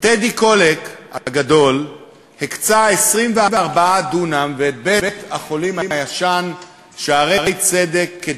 טדי קולק הגדול הקצה 24 דונם בבית-החולים "שערי צדק" הישן,